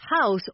house